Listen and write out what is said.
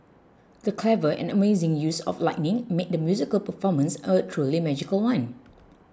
the clever and amazing use of lighting made the musical performance a truly magical one